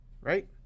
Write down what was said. right